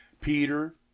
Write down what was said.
Peter